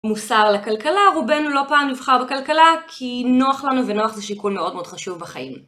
מוסר לכלכלה רובנו לא פעם נבחר בכלכלה כי נוח לנו ונוח זה שיקול מאוד מאוד חשוב בחיים